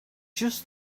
just